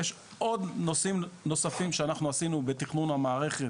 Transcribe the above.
יש עוד נושאים נוספים שאנחנו עשינו בתכנון המערכת,